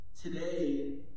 Today